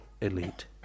elite